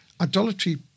idolatry